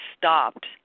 stopped